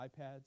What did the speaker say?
iPads